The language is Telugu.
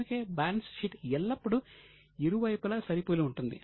అందుకే బ్యాలెన్స్ షీట్ ఎల్లప్పుడూ ఇరువైపులా సరి పోలి ఉంటుంది